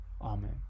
Amen